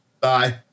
Bye